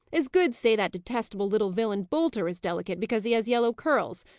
as good say that detestable little villain, boulter, is delicate, because he has yellow curls.